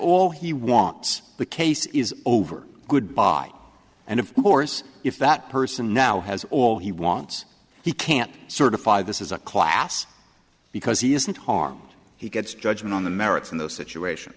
all he wants the case is over good bye and of course if that person now has all he wants he can't certify this is a class because he isn't harm he gets judgment on the merits of the situation